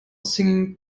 singing